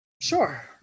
Sure